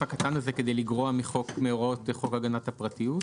הקטן הזה כדי לגרוע מהוראות חוק הגנת הפרטיות?